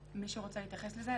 מישהו רוצה להתייחס לזה?